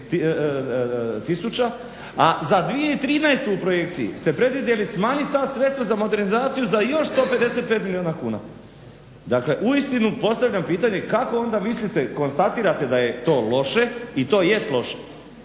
a za 2013. u projekciji ste predvidjeli smanjiti ta sredstva za modernizaciju za još 155 milijuna kuna? Dakle, uistinu postavljam pitanje kako onda mislite, konstatirate da je to loše i to jest loše,